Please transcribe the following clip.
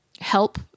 help